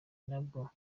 nabwo